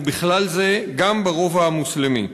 ובכלל זה גם ברובע המוסלמי.